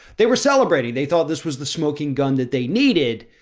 they were celebrating, they thought this was the smoking gun that they needed,